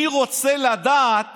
אני רוצה לדעת